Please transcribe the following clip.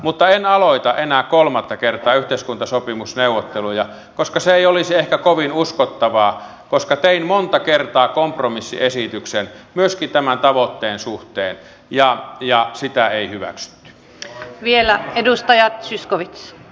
mutta en aloita enää kolmatta kertaa yhteiskuntasopimusneuvotteluja koska se ei olisi ehkä kovin uskottavaa koska tein monta kertaa kompromissiesityksen myöskin tämän tavoitteen suhteen ja sitä ei hyväksytty